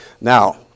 Now